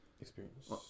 experience